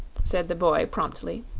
said the boy, promptly.